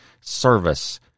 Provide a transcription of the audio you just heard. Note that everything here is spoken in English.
service